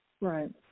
Right